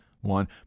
one